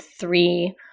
three